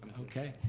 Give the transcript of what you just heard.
okay.